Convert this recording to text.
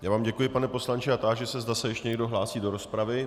Já vám děkuji, pane poslanče, a táži se, zda se ještě někdo hlásí do rozpravy.